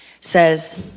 says